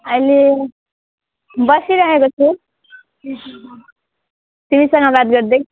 अहिले बसिराखेको छु तिमीसँग बात गर्दै